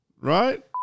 Right